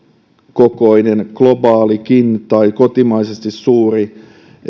isokokoinen globaalikin tai kotimaisesti suuri